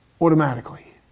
automatically